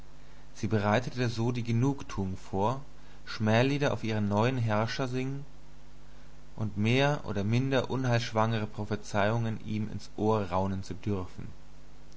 sie bereitete so die genugtuung vor schmählieder auf ihren neuen herrscher zu singen und mehr oder minder unheilschwangere prophezeiungen ihm ins ohr raunen zu dürfen